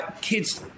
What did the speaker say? kids